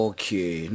Okay